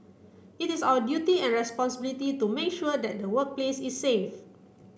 it is our duty and responsibility to make sure that the workplace is safe